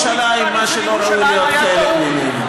שהם כפו על ירושלים מה שלא ראוי להיות חלק ממנה,